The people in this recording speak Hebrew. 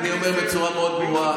אני אומר בצורה ברורה: